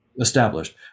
established